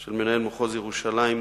של מנהל מחוז ירושלים,